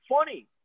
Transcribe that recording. funny